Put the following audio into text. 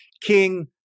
King